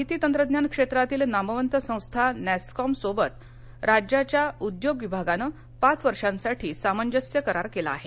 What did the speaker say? माहिती तंत्रज्ञान क्षेत्रातील नामवत संस्था नॅसकॉमसोबत राज्याच्या उद्योग विभागानं पाच वर्षासाठी सामंजस्य करार केला आहे